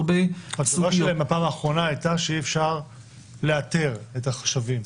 התשובה שלהם בפעם האחרונה הייתה שאי-אפשר לאתר את השבים.